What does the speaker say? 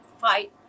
fight